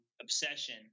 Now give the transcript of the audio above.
obsession